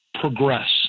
progress